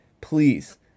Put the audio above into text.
please